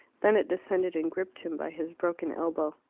then it descended and gripped him by his broken elbow.